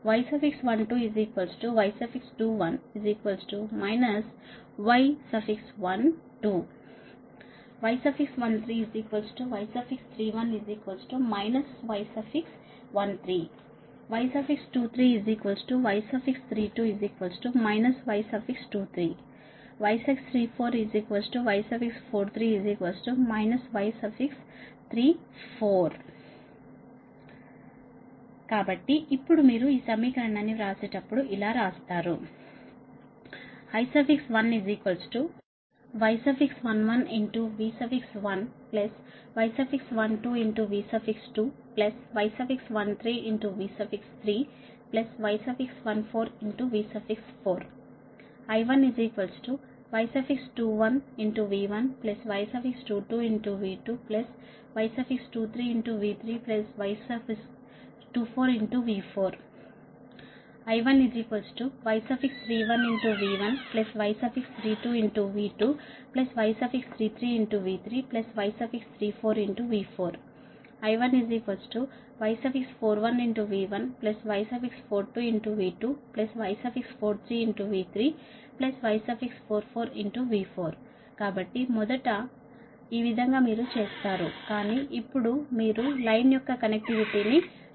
y12 y21 y12 y13 y31 y13 y23 y32 y23 y34 y43 y34 కాబట్టి ఇప్పుడు మీరు ఈ సమీకరణాన్ని వ్రాసేటప్పుడు ఇలా వ్రాస్తారు I1 Y11V1 Y12V2 Y13V3Y14V4 I1 Y21V1 Y22V2 Y23V3Y24V4 I1 Y31V1 Y32V2 Y33V3Y34V4 I1 Y41V1 Y42V2 Y43V3Y44V4 కాబట్టి మొదట ఈ విధంగా మీరు చేస్తారు కానీ ఇప్పుడు మీరు లైన్ యొక్క కనెక్టివిటీని చూస్తున్నారు